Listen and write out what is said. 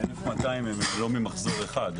ה-1,200 הם לא ממחזור אחד,